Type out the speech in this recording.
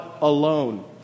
alone